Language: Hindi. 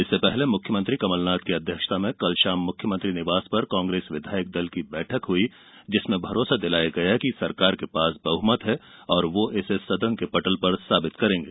इससे पहले मुख्यमंत्री कमल नाथ की अध्यक्षता में कल शाम मुख्यमंत्री निवास पर कांग्रेस विधायक दल की बैठक हुई जिसमें भरोसा दिलाया कि सरकार के पास बहुमत है और वो इसे सदन के पटल पर साबित करेंगे